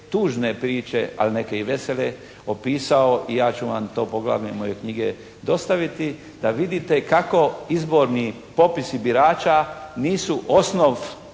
tužne priče a neke i vesele opisao i ja ću vam to u poglavlju moje knjige dostaviti da vidite kako izborni popisi birača nisu osnov